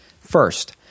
First